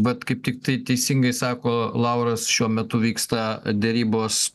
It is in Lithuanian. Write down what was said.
vat kaip tiktai teisingai sako lauras šiuo metu vyksta derybos